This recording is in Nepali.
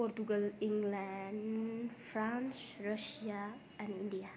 Portugal England France Russia and India